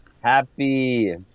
Happy